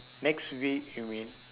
next week you mean